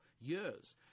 years